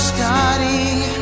Starting